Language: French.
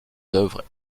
d’œuvres